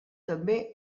també